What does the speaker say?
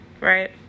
right